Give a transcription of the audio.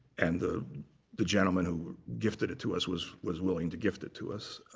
and the the gentleman who gifted it to us was was willing to gift it to us.